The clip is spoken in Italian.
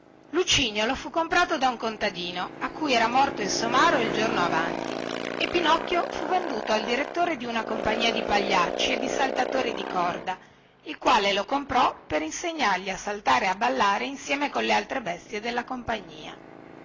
lucignolo fu comprato da un contadino a cui era morto il somaro il giorno avanti e pinocchio fu venduto al direttore di una compagnia di pagliacci e di saltatori di corda il quale lo comprò per ammaestrarlo e per farlo poi saltare e ballare insieme con le altre bestie della compagnia